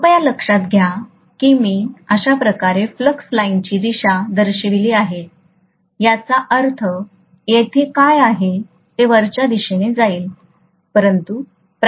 कृपया लक्षात घ्या की मी अशा प्रकारे फ्लक्स लाइनची दिशा दर्शविली आहे याचा अर्थ येथे काय येत आहे ते वरच्या दिशेने जाईल